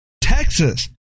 Texas